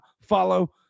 follow